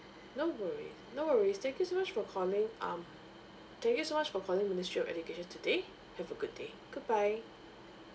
no worry no worries thank you so much for calling um thank you so much for calling ministry of education today have a good day goodbye